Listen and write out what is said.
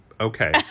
okay